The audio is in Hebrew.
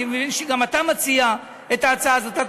אני מבין שגם אתה מציע את ההצעה הזאת.